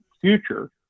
future